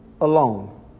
alone